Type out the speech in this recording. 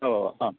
ഓ ആ